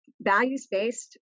Values-based